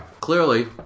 clearly